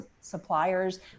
suppliers